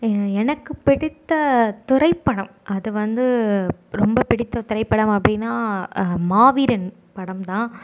எனக்கு பிடித்த திரைப்படம் அது வந்து ரொம்ப பிடித்த திரைப்படம் அப்படினா மாவீரன் படம்தான்